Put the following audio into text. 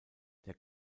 der